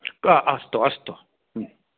अस्तु अस्तु